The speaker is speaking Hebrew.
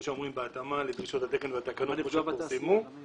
בהתאמה לדרישות התקן והתקנות יפורסמו אנחנו